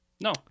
no